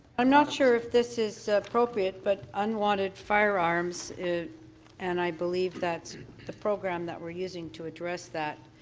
ah not sure if this is appropriate but unwanted firearms and i believe that's the program that we're using to address that,